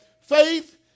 faith